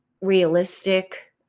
realistic